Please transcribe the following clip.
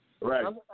Right